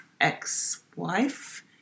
ex-wife